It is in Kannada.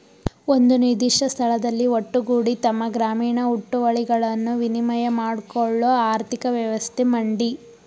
ಒಂದು ನಿರ್ದಿಷ್ಟ ಸ್ಥಳದಲ್ಲಿ ಒಟ್ಟುಗೂಡಿ ತಮ್ಮ ಗ್ರಾಮೀಣ ಹುಟ್ಟುವಳಿಗಳನ್ನು ವಿನಿಮಯ ಮಾಡ್ಕೊಳ್ಳೋ ಆರ್ಥಿಕ ವ್ಯವಸ್ಥೆ ಮಂಡಿ